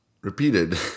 repeated